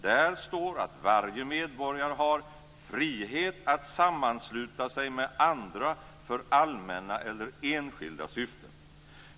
Där står att varje medborgare har "frihet att sammansluta sig med andra för allmänna eller enskilda syften".